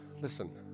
Listen